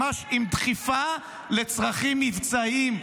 ממש עם דחיפה לצרכים מבצעיים.